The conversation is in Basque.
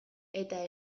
eta